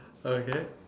okay